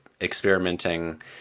experimenting